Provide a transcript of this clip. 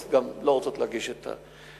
אז הן גם לא רוצות להגיש את התלונה.